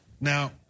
Now